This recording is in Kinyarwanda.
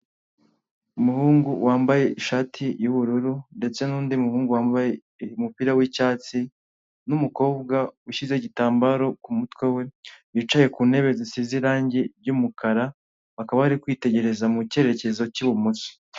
Umuhungu wambaye ishati y'ubururu ndetse n'undi muhungu wambaye umupira w'icyatsi n'umukobwa ushyize igitambaro ku mutwe we wicaye ku ntebe zisize irange ry'umukara akaba ari kwitegereza mu kerekezo k'ibumoso.